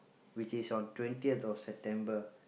which is one twentieth of September